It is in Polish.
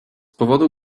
powodu